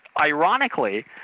ironically